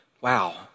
wow